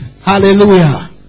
Hallelujah